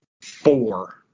four